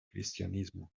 cristianismo